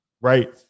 right